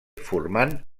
formant